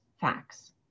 facts